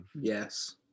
Yes